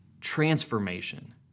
transformation